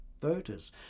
voters